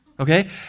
Okay